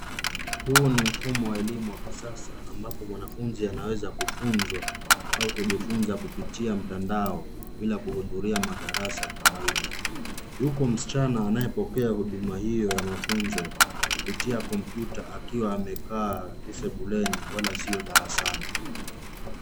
Huu ni mfumo wa elimu wa kisasa ambapo mwanafunzi anaweza kufunzwa au kujifunza kupitia mtandao bila kuhudhuria madarasa ya kawaida. Yupo msichana anayepokea huduma hiyo ya mafunzo kuptita kompyuta akiwa amekaa tu sebuleni wala sio darasani.